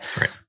Right